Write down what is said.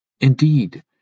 Indeed